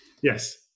Yes